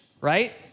right